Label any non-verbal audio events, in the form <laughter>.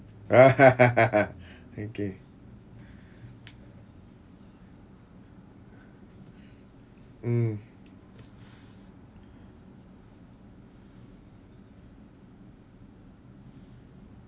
<laughs> okay mm